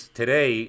today